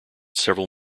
several